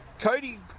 Cody